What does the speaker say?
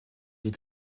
est